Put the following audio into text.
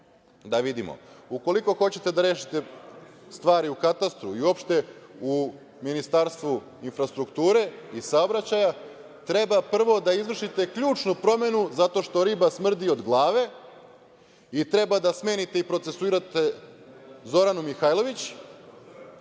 da vidimo. Ukoliko hoćete da rešite stvari u katastru i uopšte u Ministarstvu infrastrukture i saobraćaja, treba prvo da izvršite ključnu promenu zato što riba smrdi od glave i treba da smenite i procesuirate Zoranu Mihajlović,